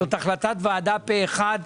זאת החלטת ועדה פה אחד,